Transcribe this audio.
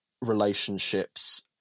relationships